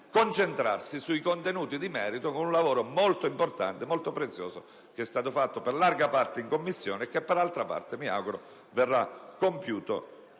di concentrarsi sui contenuti di merito con un lavoro molto importante e prezioso, che è stato fatto per larga parte in Commissione e che, per altra parte, verrà compiuto - mi